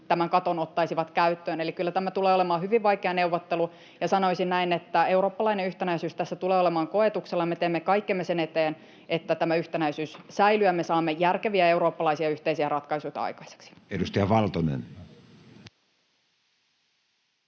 tämän katon ottaisivat käyttöön. Eli kyllä tämä tulee olemaan hyvin vaikea neuvottelu, ja sanoisin, että eurooppalainen yhtenäisyys tässä tulee olemaan koetuksella. Me teemme kaikkemme sen eteen, että tämä yhtenäisyys säilyy ja me saamme järkeviä eurooppalaisia yhteisiä ratkaisuita aikaiseksi. [Speech